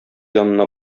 янына